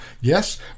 Yes